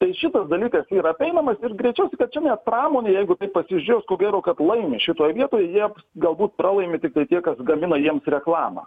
tai šitas dalykas yra apeinamas ir greičiausiai kad čia net pramonė jeigu pasižiūrėjus ko gero kad laimi šitoj vietoj jie galbūt pralaimi tiktai tie kas gamina jiems reklamą